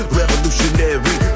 revolutionary